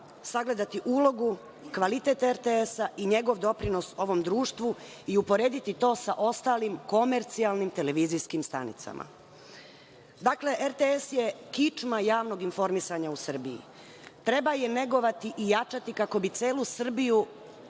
sagledati ulogu, kvalitet RTS i njegov doprinos ovom društvu i uporediti to sa ostalim komercijalnim televizijskim stanicama. Dakle, RTS je kičma javnog informisanja u Srbiji. Treba je negovati i jačati kako bi celu Srbiju